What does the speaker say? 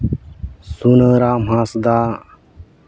ᱥᱩᱱᱟᱹᱨᱟᱢ ᱦᱟᱸᱥᱫᱟ